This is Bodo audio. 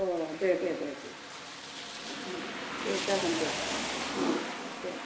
अ दे दे दे जागोन दे दे